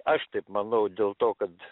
aš taip manau dėl to kad